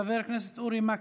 חבר הכנסת אורי מקלב.